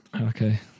Okay